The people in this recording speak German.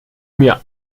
mir